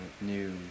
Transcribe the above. new